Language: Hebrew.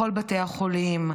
בכל בתי החולים,